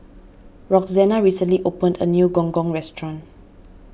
Roxana recently opened a new Gong Gong restaurant